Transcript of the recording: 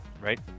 right